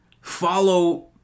follow